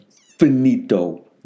finito